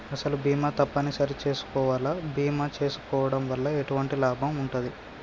అసలు బీమా తప్పని సరి చేసుకోవాలా? బీమా చేసుకోవడం వల్ల ఎటువంటి లాభం ఉంటది?